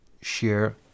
Share